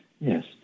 Yes